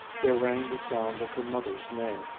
there rang the sound of her mother's name,